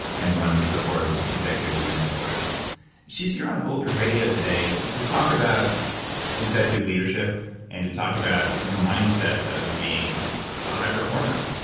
and runs the forbes executive women's board she's here on bulletproof radio today to talk about executive leadership and to talk about the mindset of being a high performer.